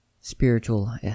spiritual